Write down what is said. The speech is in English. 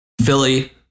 Philly